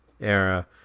era